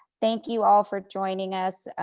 thank you all for joining us.